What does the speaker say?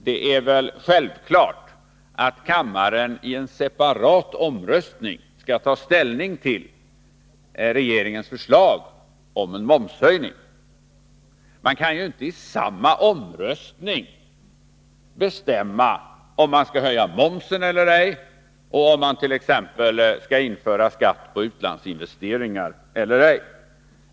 Det är väl självklart att kammaren i en separat omröstning skall ta ställning till regeringens förslag om en momshöjning. Man kan ju inte i samma omröstning bestämma om man skall höja momsen eller ej och om man t.ex. skall införa skatt på utlandsinvesteringar eller ej.